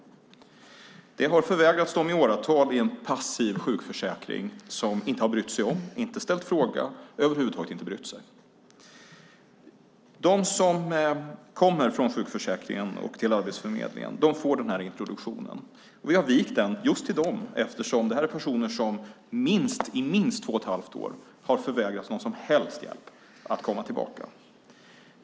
Det har förvägrats dem i åratal i en passiv sjukförsäkring som inte har brytt sig om, inte ställt frågan och över huvud taget inte brytt sig. De som kommer från sjukförsäkringen till Arbetsförmedlingen får den här introduktionen. Vi har vikt den just för dem eftersom det här är personer som i minst två och ett halvt år har förvägrats någon som helst hjälp att komma tillbaka.